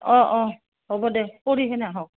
অঁ অঁ হ'ব দে কৰি কিনে আহক